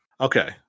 okay